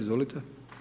Izvolite.